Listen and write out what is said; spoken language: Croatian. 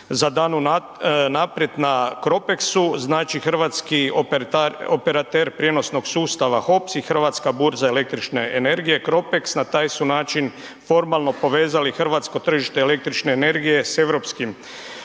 tržištu za … na CROPEXU znači hrvatski operater prijenosnog sustava HOPS i Hrvatska burza električne energije Cropex na taj su način formalno povezali hrvatsko tržište električne energije se europskim